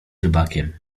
rybakiem